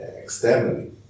externally